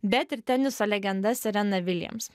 bet ir teniso legenda serena williams